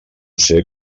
ser